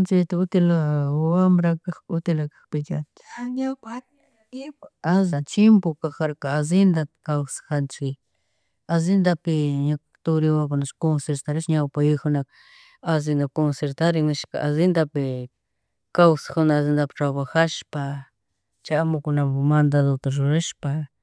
Utila wambra kagpika, utila kagpika chimpo kajarka allendapi kawsajanchik allendapi ñuka turi wawakunash consertarish ñawpa yuyagkuna allendapi consentarin nishka, allendapi kawsarjuna, allendapi trabjashpa chay amukunamu mandadota rurashpa